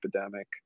epidemic